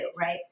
right